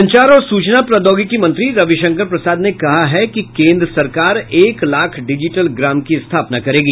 संचार और सूचना प्रौद्योगिकी मंत्री रवि शंकर प्रसाद ने कहा है कि केंद्र सरकार एक लाख डिजिटल ग्राम की स्थापना करेगी